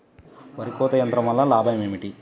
వరి కోత యంత్రం వలన లాభం ఏమిటి?